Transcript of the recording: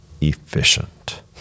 efficient